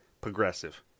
progressive